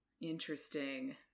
interesting